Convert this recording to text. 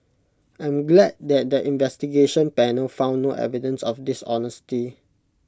I am glad that the investigation panel found no evidence of dishonesty